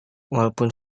walaupun